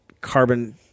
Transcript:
carbon